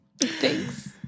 Thanks